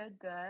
good